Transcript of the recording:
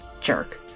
Jerk